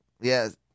Yes